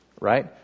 right